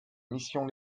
missions